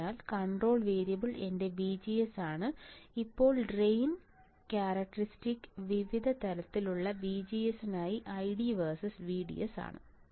അതിനാൽ control variable എന്റെ VGS ആണ് ഇപ്പോൾ ഡ്രെയിൻ ക്യാരക്ടർസ്റ്റിക്സ് വിവിധ തലത്തിലുള്ള VGS നായി ID വേഴ്സസ് VDS ആണ്